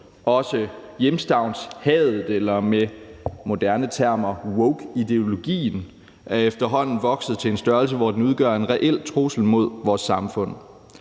også hjemstavnshadet eller med moderne termer wokeideologien er efterhånden vokset til en størrelse, hvor den udgør en reel trussel mod vores samfund.